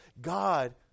god